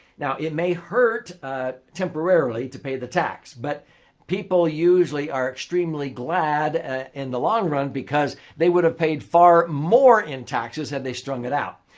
now, it may hurt ah temporarily to pay the tax. but people usually are extremely glad in the long run because they would have paid far more in taxes had they strung it out.